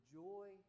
joy